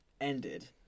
ended